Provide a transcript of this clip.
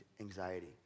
anxiety